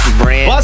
brand